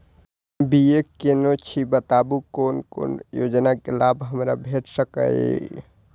हम बी.ए केनै छी बताबु की कोन कोन योजना के लाभ हमरा भेट सकै ये?